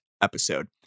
episode